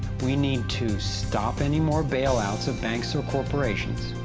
we need to stop any more bailouts of banks or corporations,